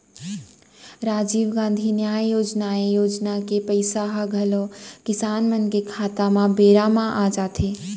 राजीव गांधी न्याय योजनाए योजना के पइसा ह घलौ किसान मन के खाता म बेरा म आ जाथे